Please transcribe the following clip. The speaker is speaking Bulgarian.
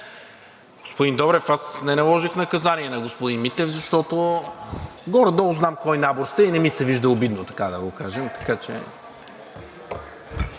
Господин Добрев, аз не наложих наказание на господин Митев, защото горе-долу знам кой набор сте и не ми се вижда обидно, така да го кажем.